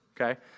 Okay